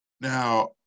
Now